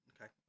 Okay